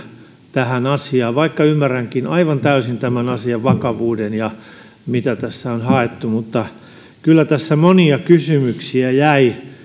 tähän asiaan vaikka ymmärränkin aivan täysin asian vakavuuden ja sen mitä tässä on haettu kyllä tässä monia kysymyksiä jäi